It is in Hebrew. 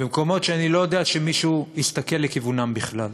במקומות שאני לא יודע שמישהו הסתכל לכיוונם בכלל.